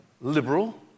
liberal